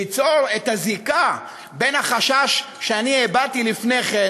ליצור את הזיקה בין החשש שאני הבעתי לפני כן